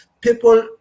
people